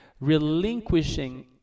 relinquishing